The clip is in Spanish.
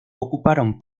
ocuparon